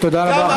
תודה רבה,